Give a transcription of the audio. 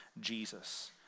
Jesus